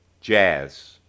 jazz